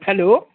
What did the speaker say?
hello